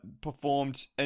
performed